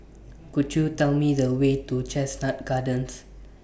Could YOU Tell Me The Way to Chestnut Gardens